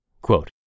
Quote